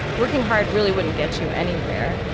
working hard really wouldn't get you anywhere,